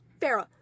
Pharaoh